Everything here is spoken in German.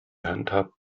handhabt